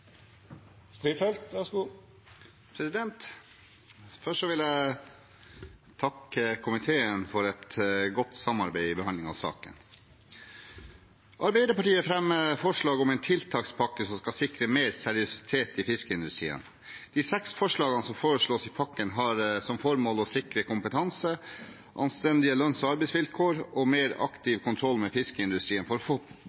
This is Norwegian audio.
Først vil jeg takke komiteen for et godt samarbeid i behandlingen av saken. Arbeiderpartiet fremmer forslag om en tiltakspakke som skal sikre større seriøsitet i fiskeindustrien. De seks forslagene som foreslås i pakken, har som formål å sikre kompetanse, anstendige lønns- og arbeidsvilkår og en mer aktiv kontroll med fiskeindustrien for å få